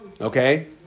okay